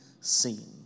seen